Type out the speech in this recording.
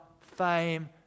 fame